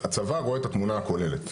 הצבא רואה את התמונה הכוללת.